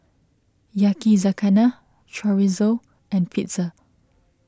Yakizakana Chorizo and Pizza